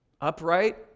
upright